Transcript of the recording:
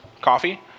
Coffee